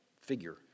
figure